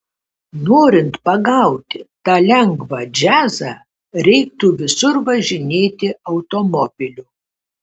norint pagauti tą lengvą džiazą reiktų visur važinėti automobiliu